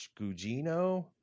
Gugino